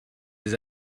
des